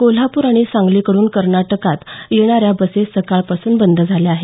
कोल्हापूर आणि सांगलीकडून कर्नाटकात येणाऱ्या बसेस सकाळपासून बंद झाल्या आहेत